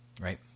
Right